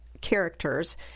characters